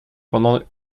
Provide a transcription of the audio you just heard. pendant